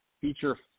feature